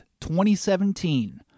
2017